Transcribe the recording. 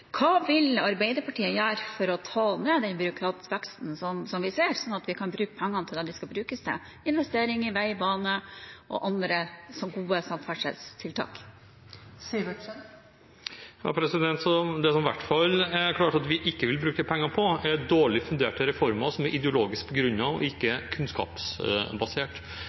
Hva vil Arbeiderpartiet gjøre for å ta ned den byråkratiske veksten som vi ser, slik at vi kan bruke pengene til det de skal brukes til – investering i vei, bane og andre gode samferdselstiltak? Det som det i hvert fall er klart at vi ikke vil bruke penger på, er dårlig funderte reformer som er ideologisk begrunnet og ikke kunnskapsbasert.